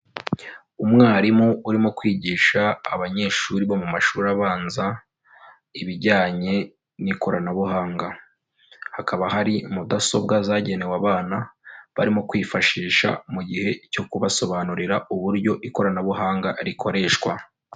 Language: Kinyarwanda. Umwarimu urimo kwigisha abanyeshuri bo mu mashuri abanza, ibijyanye n'ikoranabuhanga, hakaba hari mudasobwa zagenewe abana, barimo kwifashisha mu gihe cyo kubasobanurira uburyo ikoranabuhanga rikoreshwa.